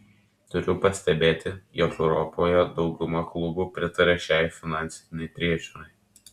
turiu pastebėti jog europoje dauguma klubų pritaria šiai finansinei priežiūrai